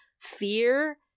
fear